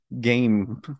game